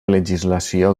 legislació